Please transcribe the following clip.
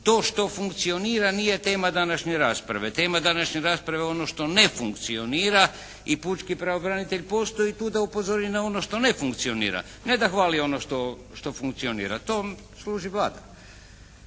To što funkcionira nije tema današnje rasprave, tema današnje rasprave je ono što ne funkcionira i pučki pravobranitelj postoji tu da upozori na ono što ne funkcionira, ne da hvali ono što funkcionira, tome služi Vlada.